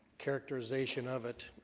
characterization of it